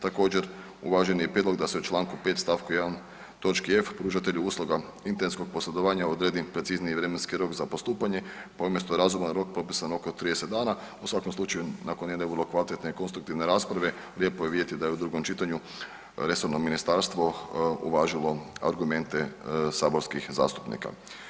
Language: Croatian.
Također uvažen je i prijedlog da se u čl. 5. st. 1. točki f pružatelju usluga internetskog posredovanja odredbi precizniji vremenski rok za postupanje pa umjesto razuman rok propisan oko 30 dana, u svakom slučaju nakon jedne vrlo kvalitetne i konstruktivne rasprave lijepo je vidjeti da je u drugom čitanju resorno ministarstvo uvažilo argumente saborskih zastupnika.